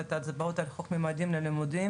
את ההצבעות על החוק 'ממדים ללימודים',